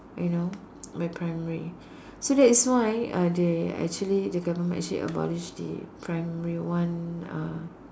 you know by primary so that is why uh they actually the government actually abolish the primary one uh